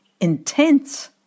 intense